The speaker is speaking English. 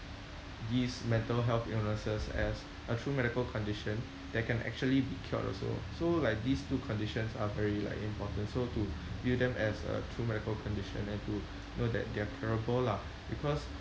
these mental health illnesses as a true medical condition that can actually be cured also so like these two conditions are very like important so to view them as a true medical condition and to know that they're curable lah because